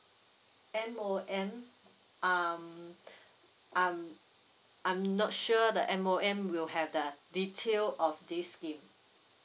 M_O_M um um I'm not sure the M_O_M will have the detail of this scheme